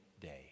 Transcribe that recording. day